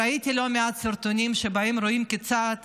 ראיתי לא מעט סרטונים שבהם רואים כיצד